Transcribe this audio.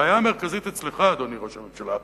הבעיה המרכזית אצלך, אדוני ראש הממשלה,